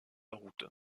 route